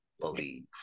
believe